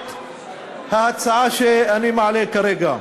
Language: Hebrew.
לרבות ההצעה שאני מעלה כרגע.